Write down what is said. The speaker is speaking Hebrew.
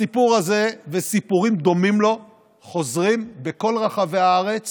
הסיפור הזה וסיפורים דומים לו חוזרים בכל רחבי הארץ